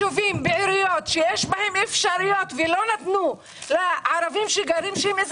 אני חושבת שהתוכנית מבורכת,